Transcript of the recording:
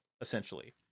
essentially